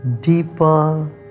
Deeper